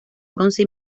bronce